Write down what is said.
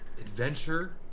adventure